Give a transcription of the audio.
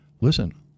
listen